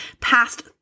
past